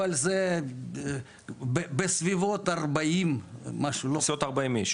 אבל זה בסביבות 40. בסביבות 40 איש,